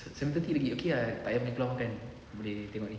seven thirty lagi okay ah tak payah gi keluar makan aku boleh tengok ni